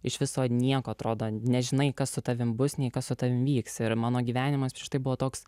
iš viso nieko atrodo nežinai kas su tavim bus nei kas su tavim vyks ir mano gyvenimas štai buvo toks